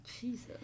Jesus